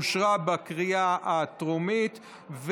אני קובע שהצעת החוק אושרה בקריאה הטרומית,